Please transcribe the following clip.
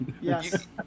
Yes